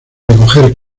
recoger